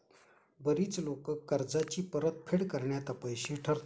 बरीच लोकं कर्जाची परतफेड करण्यात अपयशी ठरतात